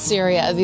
Syria